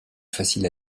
facile